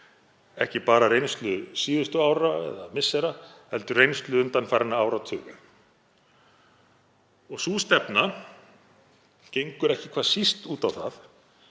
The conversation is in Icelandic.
ekki bara af reynslu síðustu ára eða missera heldur af reynslu undanfarinna áratuga. Sú stefna gengur ekki hvað síst út á það